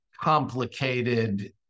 complicated